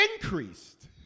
increased